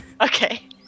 Okay